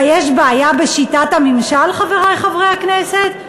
מה, יש בעיה בשיטת הממשל, חברי חברי הכנסת?